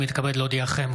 אני מתכבד להודיעכם,